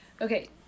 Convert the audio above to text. Okay